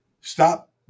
stop